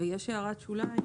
ומצורפות להן הערות שוליים.